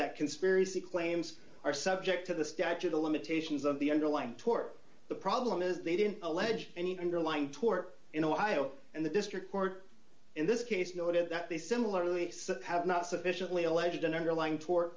that conspiracy claims are subject to the statute of limitations of the underlying tort the problem is they didn't allege any underlying tort in ohio and the district court in this case noted that they similarly have not sufficiently alleged an underlying tor